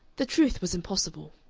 the truth was impossible,